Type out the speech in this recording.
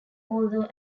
although